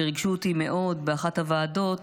שריגשו אותי מאוד באחת הוועדות,